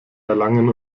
erlangen